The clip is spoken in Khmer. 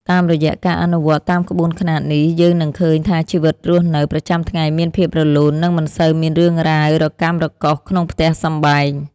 តាមរយៈការអនុវត្តតាមក្បួនខ្នាតនេះយើងនឹងឃើញថាជីវិតរស់នៅប្រចាំថ្ងៃមានភាពរលូន និងមិនសូវមានរឿងរ៉ាវរកាំរកូសក្នុងផ្ទះសម្បែង។